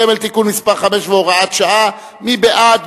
גמל) (תיקון מס' 5 והוראת שעה) מי בעד?